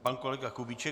Pan kolega Kubíček.